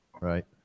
right